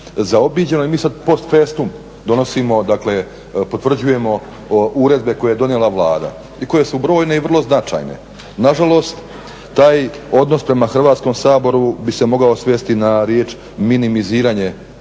zaobiđeno i mi sad post festum donosimo dakle potvrđujemo uredbe koje je donijela Vlada i koje su brojne i vrlo značajne. Nažalost, taj odnos prema Hrvatskom saboru bi se mogao svesti na riječ minimiziranje značaja